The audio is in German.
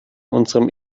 unserem